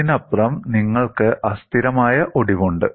ഇതിനപ്പുറം നിങ്ങൾക്ക് അസ്ഥിരമായ ഒടിവുണ്ട്